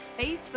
Facebook